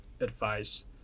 advice